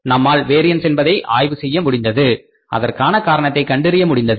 நம்மால் வேரியன்ஸ் என்பதை ஆய்வு செய்ய முடிந்தது அதற்கான காரணத்தை கண்டறிய முடிந்தது